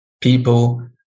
people